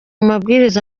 mabwiriza